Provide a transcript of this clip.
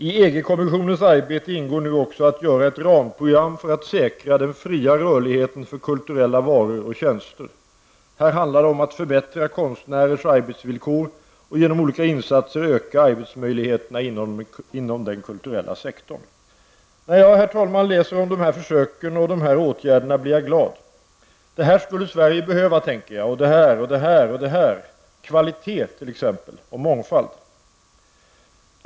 I EG-kommissionens arbete ingår nu att göra ett ramprogram för att säkra den fria rörligheten för kulturella varor och tjänster. Här handlar det om att förbättra konstnärers arbetsvillkor och genom olika insatser öka arbetsmöjligheterna inom den kulturella sektorn. När jag, herr talman, läser om dessa försök och åtgärder blir jag glad. Det här skulle Sverige behöva, tänker jag, och det här och det här -- kvalitet t.ex. och mångfald.